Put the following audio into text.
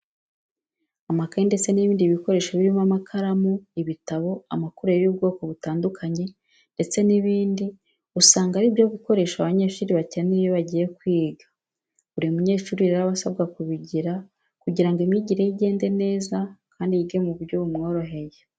Amakayi ndetse n'ibindi bikoresho birimo amakaramu, ibitabo, amakureri y'ubwoko butandukanye ndetse n'ibindi usanga ari byo bikoresho abanyeshuri bakenera iyo bagiye kwiga. Buri munyeshuri rero aba asabwa kubigira kugira ngo imyigire ye igende neza kandi yige mu buryo bumworoheye.